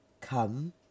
Come